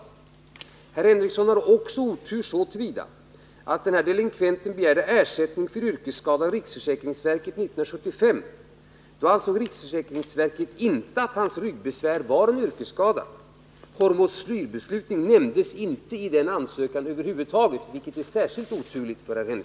Sven Henricsson har också otur så till vida som att denne delinkvent år 1975 av riksförsäkringsverket begärde ersättning för yrkesskada. Då ansåg riksförsäkringsverket inte att hans ryggbesvär var en yrkesskada. Hormoslyrbesprutningen nämndes över huvud taget inte i den ansökan. vilket är